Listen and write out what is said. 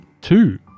Two